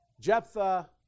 Jephthah